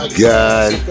god